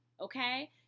Okay